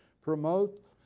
promote